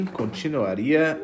continuaria